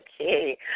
Okay